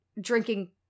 drinking